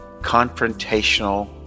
confrontational